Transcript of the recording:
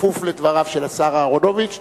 כפוף לדבריו של השר אהרונוביץ?